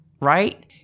right